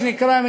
מה שנקרא,